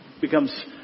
becomes